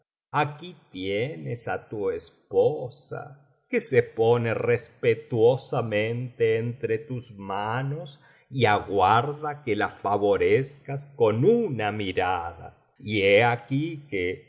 aquí tienes á tu esposa que se pone respetuosamente entre tus manos y aguarda que la favorezcas con una mirada y he aquí que